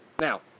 Now